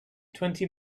twenty